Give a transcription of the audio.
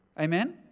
Amen